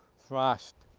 thrust.